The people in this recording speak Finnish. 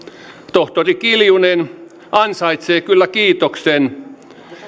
tohtori kiljunen ansaitsee kyllä kiitoksen